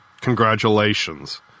Congratulations